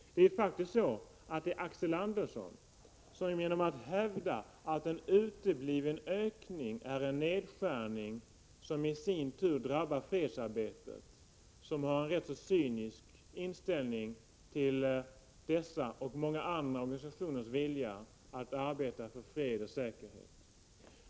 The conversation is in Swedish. Det är faktiskt Axel Andersson som, när han hävdar att en utebliven ökning är en nedskärning vilken i sin tur drabbar fredsarbetet, har en rätt cynisk inställning till dessa och många andra organisationer som är villiga att arbeta för fred och säkerhet.